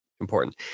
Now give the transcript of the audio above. important